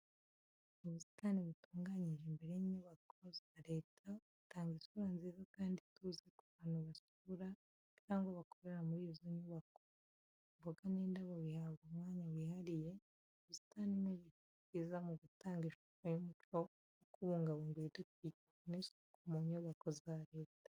Ubusitani butunganyije imbere y’inyubako za Leta butanga isura nziza kandi ituze ku bantu basura cyangwa bakorera muri izo nyubako. Imboga n'indabo bihabwa umwanya wihariye, Ubu busitani ni urugero rwiza mu gutanga ishusho y’umuco wo kubungabunga ibidukikije n’isuku mu nyubako za Leta.